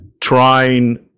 trying